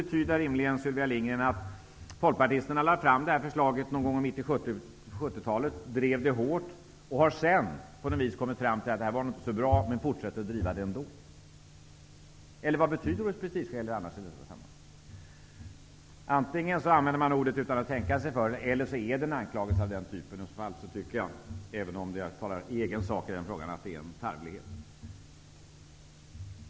Det måste betyda att folkpartisterna, som lade fram det här förslaget någon gång i mitten av 70-talet och då drev det hårt, sedan har kommit fram till att förslaget inte var så bra men att man fortsätter att driva det ändå. Eller vad innebär talet om prestigeskäl annars? Antingen använder man ordet utan att tänka sig för, eller så är det en aklagelse av den typen, och i så fall tycker jag, även om jag talar i egen sak, att det är en tarvlighet.